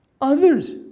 others